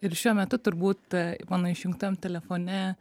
ir šiuo metu turbūt mano išjungtam telefone